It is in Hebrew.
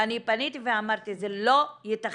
ואני פניתי לשרת המשפטים וביקשתי ואמרתי שזה לא יתכן